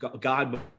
God